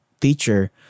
teacher